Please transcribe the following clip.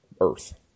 earth